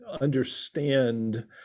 understand